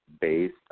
based